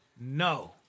No